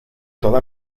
toda